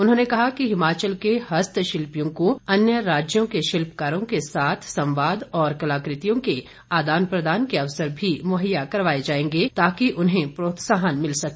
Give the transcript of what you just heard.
उन्होंने कहा कि हिमाचल के हस्तशिल्पियों को अन्य राज्यों के शिल्पकारों के साथ संवाद और कलाकृतियों के आदान प्रदान के अवसर भी मुहैया करवाए जाएंगे ताकि उन्हें प्रोत्साहन मिल सके